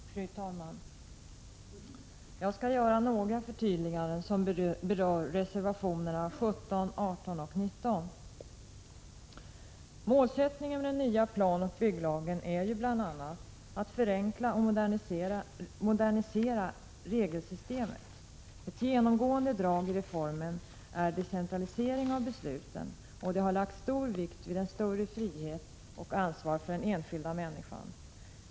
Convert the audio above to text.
Fru talman! Jag skall göra några förtydliganden som berör reservationerna 17, 18 och 19. Målsättningen för den nya planoch bygglagen är bl.a. att förenkla och modernisera regelsystemet. Ett genomgående drag i reformen är decentralisering av besluten, och det har lagts stor vikt vid större frihet och ansvar för den enskilda människan.